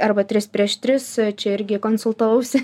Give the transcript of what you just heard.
arba trys prieš tris čia irgi konsultavausi